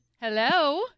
Hello